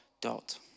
dot